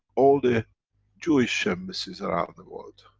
all the jewish embassies around the world.